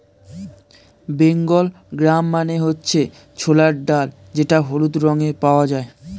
Bengal gram মানে হচ্ছে ছোলার ডাল যেটা হলুদ রঙে পাওয়া যায়